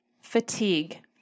Fatigue